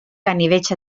ganivets